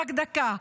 רק דקה,